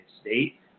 state